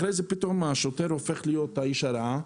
אחרי זה פתאום השוטר הופך להיות האיש הרע.